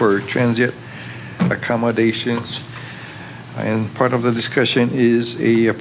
for transit accommodations and part of the discussion is a